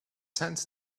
sent